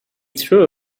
threw